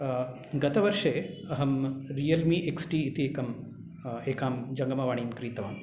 गतवर्षे अहं Realme XT इति एकं एकां जङ्गमवाणीं क्रीतवान्